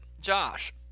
Josh